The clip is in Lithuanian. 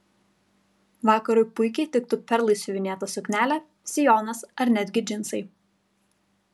vakarui puikiai tiktų perlais siuvinėta suknelė sijonas ar netgi džinsai